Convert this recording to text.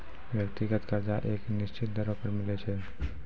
व्यक्तिगत कर्जा एक निसचीत दरों पर मिलै छै